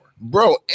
bro